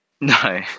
No